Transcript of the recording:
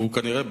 והוא כנראה,